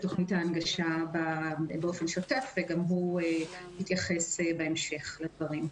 תכנית ההנגשה באופן שוטף וגם הוא יתייחס בהמשך לדברים.